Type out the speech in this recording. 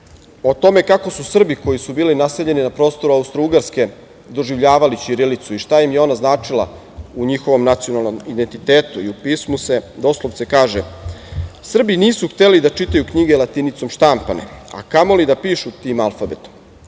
o tome kako su Srbi koji su bili naseljeni na prostoru Austrougarske doživljavali ćirilicu i šta im je ona značila u njihovom nacionalnom identitetu. U pismu se doslovce kaže: „Srbi nisu hteli da čitaju knjige latinicom štampane, a kamoli da pišu tim alfabetom.